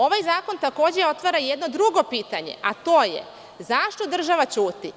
Ovaj zakon takođe otvara jedno drugo pitanje, a to je – zašto država ćuti?